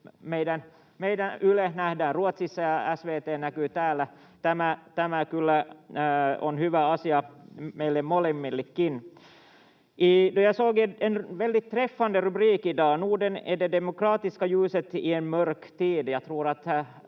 meidän YLE nähdään Ruotsissa ja SVT näkyy täällä. Tämä on kyllä hyvä asia meille molemmille. Jag såg en väldigt träffande rubrik i dag: ”Norden är det demokratiska ljuset i en mörk tid”.